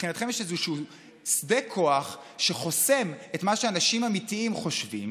מבחינתכם יש איזשהו שדה כוח שחוסם את מה שאנשים אמיתיים חושבים,